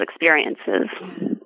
experiences